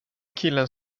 killen